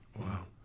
Wow